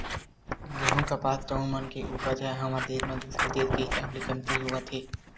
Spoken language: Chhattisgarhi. गहूँ, कपास, चाँउर मन के उपज ह हमर देस म दूसर देस के हिसाब ले कमती होवत हे